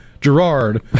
Gerard